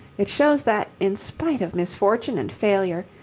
it shows that, in spite of misfortune and failure,